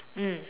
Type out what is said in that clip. mm